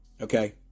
Okay